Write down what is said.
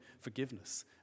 forgiveness